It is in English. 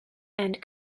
and